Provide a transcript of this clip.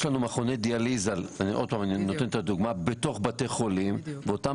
יש לנו מכוני דיאליזה בתוך בתי החולים ואותם